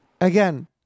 Again